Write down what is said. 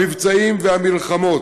המבצעים והמלחמות.